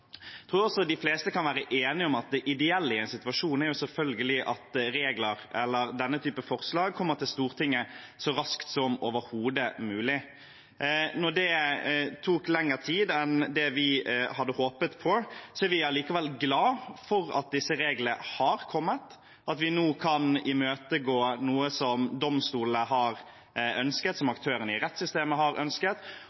tror også de fleste kan være enige om at det ideelle i en situasjon selvfølgelig er at denne typen forslag kommer til Stortinget så raskt som overhodet mulig. Det tok lengre tid enn vi hadde håpet på, men vi er likevel glad for at disse reglene har kommet, at vi nå kan imøtegå noe som domstolene har ønsket, som